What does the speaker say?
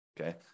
Okay